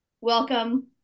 welcome